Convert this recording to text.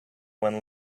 when